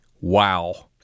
Wow